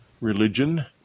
religion